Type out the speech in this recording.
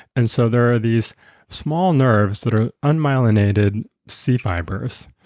and so there are these small nerves that are unmyelinated c fibers,